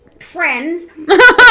friends